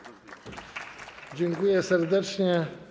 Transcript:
Dziękuję serdecznie.